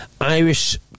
Irish